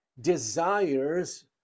desires